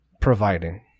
providing